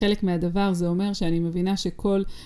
חלק מהדבר, זה אומר שאני מבינה שכל...